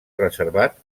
reservat